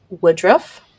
woodruff